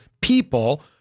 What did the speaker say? people